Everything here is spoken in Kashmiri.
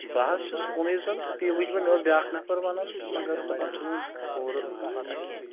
بہٕ حظ چھُس کُنے زوٚن تہٕ بیٚیہِ وٕچھ بہٕ مےٚ اوس بیاکھ نَفر ونان تہٕ مگر تہُند چِھنہٕ وِنہِ پوٗرٕ پتہہ کیٚنہہ